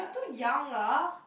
we're too young lah